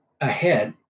ahead